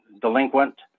delinquent